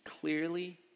clearly